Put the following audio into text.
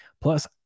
Plus